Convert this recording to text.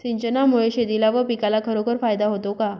सिंचनामुळे शेतीला व पिकाला खरोखर फायदा होतो का?